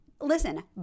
listen